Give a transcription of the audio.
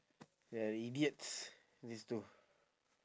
they are idiots this two